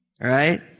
Right